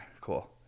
cool